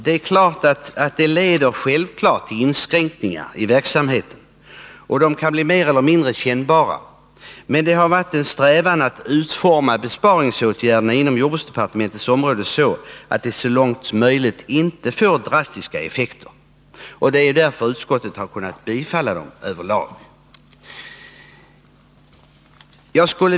Det är klart att besparingar leder till inskränkningar i verksamheten, och de kan bli mer eller mindre kännbara, men det har varit en strävan att utforma besparingsåtgärderna inom jordbruksdepartementets område så, att de så långt möjligt inte får drastiska effekter. Det är därför utskottet har kunnat tillstyrka dem över lag.